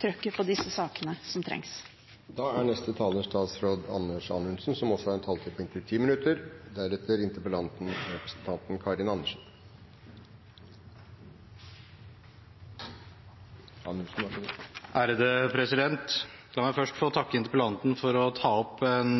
trykket på disse sakene som trengs. La meg først få takke interpellanten for å ta opp en